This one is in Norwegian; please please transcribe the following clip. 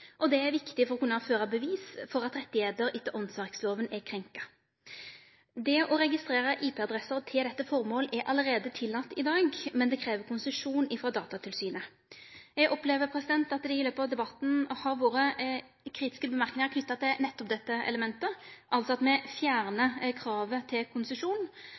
og det er viktig for å kunne føre bevis for at rettar etter åndsverklova er krenka. Det å registrere IP-adresser til dette formålet er allereie tillate i dag, men det krev konsesjon frå Datatilsynet. Eg opplever at det i løpet av debatten har vore kritiske merknader knytte til nettopp dette elementet, altså at me fjernar kravet til konsesjon.